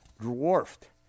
dwarfed